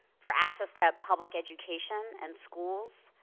for access to public education and schools,